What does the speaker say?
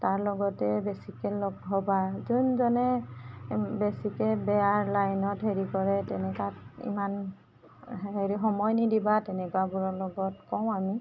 তাৰ লগতেই বেছিকৈ লগ হ'বা যোনজনে বেছিকৈ বেয়া লাইনত হেৰি কৰে তেনেকুৱা ইমান হেৰি সময় নিদিবা তেনেকুৱা বোৰৰ লগত কওঁ আমি